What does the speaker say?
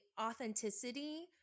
authenticity